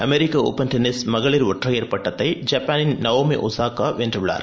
அமெரிக்க open tennis மகளிர் ஒற்றையர் பட்டத்தை ஜப்பானின் நவோமி ஒசாகா வென்றுள்ளார்